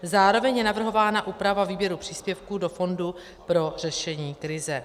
Zároveň je navrhována úprava výběru příspěvků do fondu pro řešení krize.